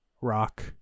rock